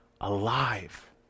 alive